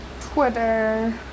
Twitter